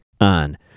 on